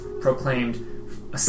proclaimed